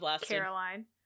Caroline